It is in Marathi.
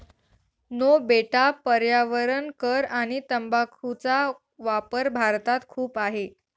नो बेटा पर्यावरण कर आणि तंबाखूचा वापर भारतात खूप आहे